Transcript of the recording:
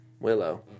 Willow